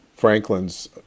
Franklin's